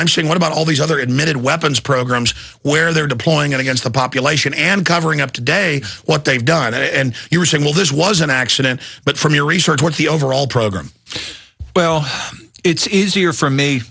i'm saying what about all these other admitted weapons programs where they're deploying against the population and covering up today what they've done and you were saying well this was an accident but from your research what the overall program well it's easier for me